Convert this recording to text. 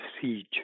siege